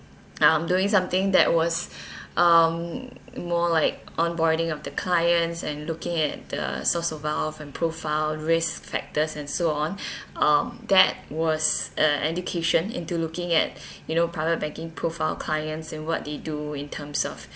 um doing something that was um more like on boarding of the clients and looking at the source of wealth and profile risk factors and so on um that was uh education into looking at you know private banking profile clients and what they do in terms of